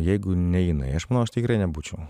jeigu ne jinai aš manau aš tikrai nebūčiau